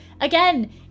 again